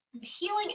healing